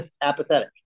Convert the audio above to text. apathetic